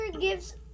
gives